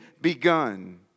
begun